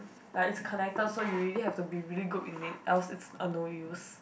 like it's connected so you really have to be really good in it else it's a no use